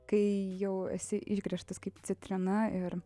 kai jau esi išgręžtas kaip citrina ir